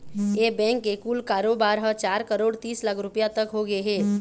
ए bank के कुल कारोबार ह चार करोड़ तीस लाख रूपिया तक होगे हे